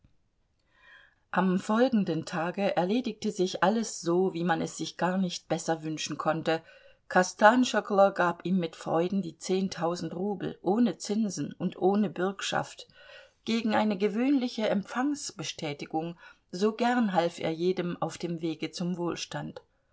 am folgenden tage erledigte sich alles so wie man es sich gar nicht besser wünschen konnte kostanschoglo gab ihm mit freuden die zehntausend rubel ohne zinsen und ohne bürgschaft gegen eine gewöhnliche empfangsbestätigung so gern half er jedem auf dem wege zum wohlstand